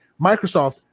Microsoft